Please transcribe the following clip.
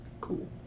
Cool